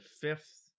fifth